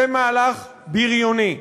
זה מהלך בריוני.